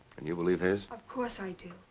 and you believe his? of course i do.